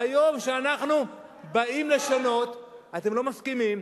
והיום, כשאנחנו באים לשנות אתם לא מסכימים.